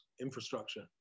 infrastructure